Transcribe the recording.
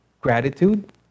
gratitude